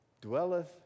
dwelleth